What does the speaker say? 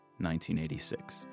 1986